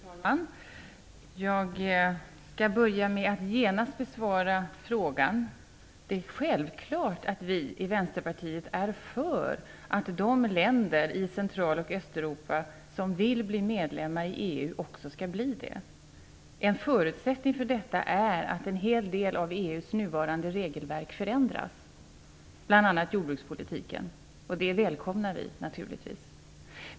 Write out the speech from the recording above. Fru talman! Jag skall börja med att genast besvara frågan. Det är självklart att vi i Vänsterpartiet är för att de länder i Central och Östeuropa som vill bli medlemmar i EU också skall bli det. En förutsättning för detta är att en hel del av EU:s nuvarande regelverk förändras, bl.a. jordbrukspolitiken. Det välkomnar vi naturligtvis.